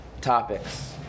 topics